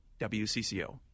WCCO